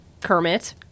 Kermit